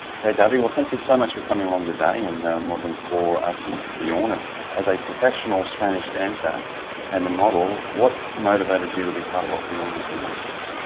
okay abby, well thank you so much for coming along today and modelling for us and bjorn. and as a professional spanish dancer and a model, what motivated you to be part of what bjorn was doing?